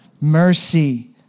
Mercy